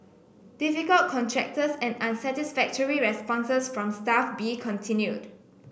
difficult contractors and unsatisfactory responses from Staff B continued